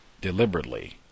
deliberately